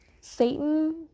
Satan